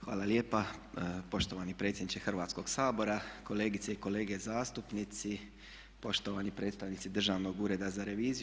Hvala lijepa poštovani predsjedniče Hrvatskoga sabora, kolegice i kolege zastupnici, poštovani predstavnici Državnog ureda za reviziju.